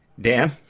Dan